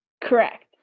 Correct